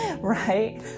right